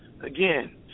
Again